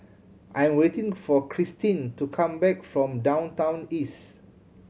I'm waiting for Christeen to come back from Downtown East